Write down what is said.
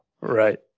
right